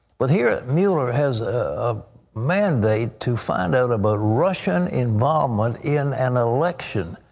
but here mueller has a mandate to find out about russian involvement in an election.